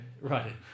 Right